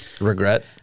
Regret